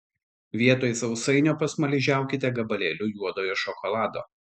vietoj sausainio pasmaližiaukite gabalėliu juodojo šokolado